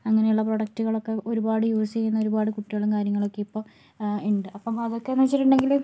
അങ്ങനെയുള്ള പ്രോഡക്റ്റുകളൊക്കെ ഒരുപാട് യൂസ് ചെയ്യുന്ന ഒരുപാട് കുട്ടികളും കാര്യങ്ങളൊക്കെ ഇപ്പോൾ ഉണ്ട് അപ്പം അതൊക്കെന്ന് വെച്ചിട്ടുണ്ടെങ്കില്